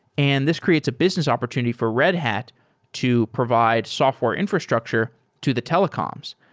and this creates a business opportunity for red hat to provide software infrastructure to the telecoms.